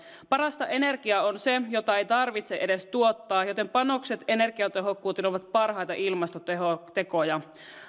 parasta energiaa on se jota ei tarvitse edes tuottaa joten panokset energiatehokkuuteen ovat parhaita ilmastotekoja